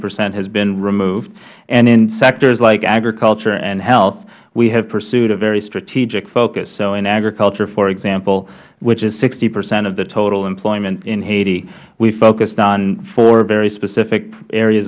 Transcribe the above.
percent has been removed in sectors like agriculture and health we have pursued a very strategic focus in agriculture for example which is sixty percent of the total employment in haiti we focused on four very specific areas